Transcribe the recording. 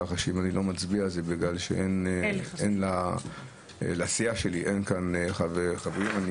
כך שאם אני לא מצביע זה בגלל שאין לסיעה שלי חברים כאן.